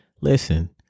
Listen